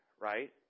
right